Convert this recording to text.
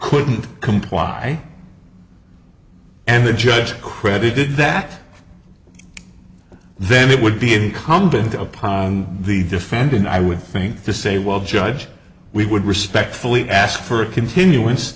couldn't comply and the judge credited that then it would be incumbent upon the defendant i would think to say well judge we would respectfully ask for a continu